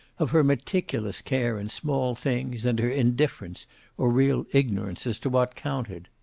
of her meticulous care in small things and her indifference or real ignorance as to what counted.